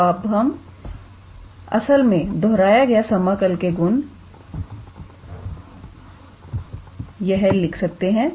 तो हम अब असल में दोहराया गया समाकल के गुण यह लिख सकते हैं